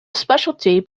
specialty